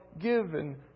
given